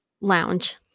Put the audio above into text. lounge